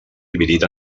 dividit